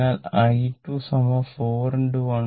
അതിനാൽ i 4 3